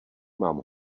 mám